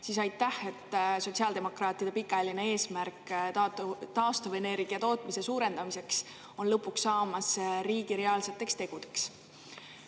siis aitäh, et sotsiaaldemokraatide pikaajaline eesmärk taastuvenergia tootmise suurendamiseks on lõpuks saamas riigi reaalseteks tegudeks.